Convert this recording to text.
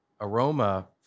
aroma